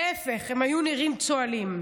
להפך, הם היו נראים צוהלים,